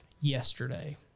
yesterday